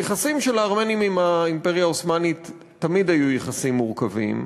היחסים של הארמנים עם האימפריה העות'מאנית תמיד היו יחסים מורכבים,